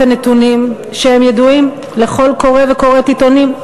הנתונים שידועים לכל קורא וקוראת עיתונים,